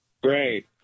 Great